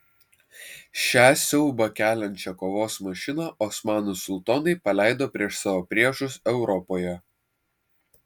šią siaubą keliančią kovos mašiną osmanų sultonai paleido prieš savo priešus europoje